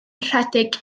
rhedeg